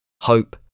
hope